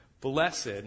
Blessed